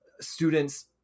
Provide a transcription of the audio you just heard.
Students